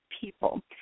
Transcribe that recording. people